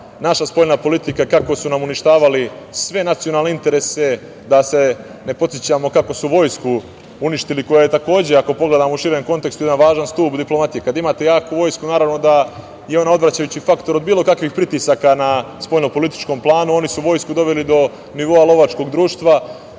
naša spoljna politika, kako su nam uništavali sve nacionalne interese, da se ne podsećamo kako su vojsku uništili, koja je takođe, ako pogledamo u širem kontekstu, jedan važan stub diplomatije. Kad imate jaku vojsku, naravno da je ona odvraćajući faktor od bilo kakvih pritisaka na spoljno-političkom planu. Oni su vojsku doveli do nivoa lovačkog društva.